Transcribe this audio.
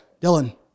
Dylan